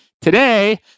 today